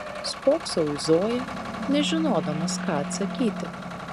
spoksau į zoją nežinodamas ką atsakyti